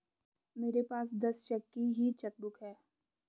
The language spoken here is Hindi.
मेरे पास दस चेक की ही चेकबुक है